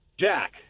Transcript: Jack